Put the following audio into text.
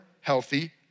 healthy